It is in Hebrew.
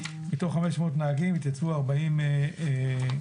מתוך 500 נהגים התייצבו 40 בלבד.